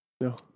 No